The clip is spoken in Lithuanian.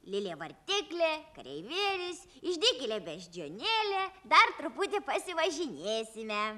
lėlė vartiklė kareivėlis išdykėlė beždžionėlė dar truputį pasivažinėsime